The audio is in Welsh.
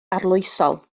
arloesol